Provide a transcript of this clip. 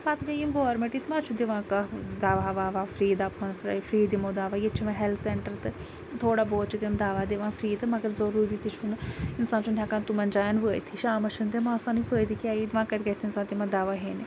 پَتہٕ گٔے یِم گورمیٚنٹ یہِ تہِ مہَ چھُ دِوان کانٛہہ دَوہہَ وَوہہَ فری دَپہَن فری دِمو دَوا ییٚتہِ چھِ وۄنۍ ہیٚلتھ سیٚنٹَر تہِ تھوڑا بہت چھِ تِم دَوا دِوان فری تہٕ مگر ضروٗری تہِ چھُ نہٕ اِنسان چھُنہٕ ہیٚکان تُمَن جایَن وٲتتھٕے شامَس چھِنہٕ تِم اسٲنی فٲیدٕ کیاہ یی وۄنۍ کَتہِ گَژھِ تِمَن اِنسان دَوا ہیٚنہِ